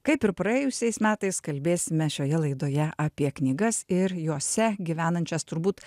kaip ir praėjusiais metais kalbėsime šioje laidoje apie knygas ir jose gyvenančias turbūt